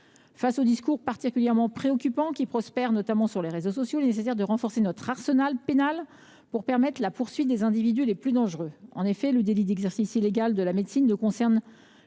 Face aux discours particulièrement préoccupants qui prospèrent, notamment sur les réseaux sociaux, il est nécessaire d’affermir notre arsenal pénal pour poursuivre les individus les plus dangereux. En effet, le délit d’exercice illégal de la médecine ne concerne